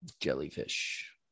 Jellyfish